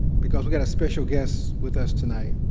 because we got a special guest with us tonight.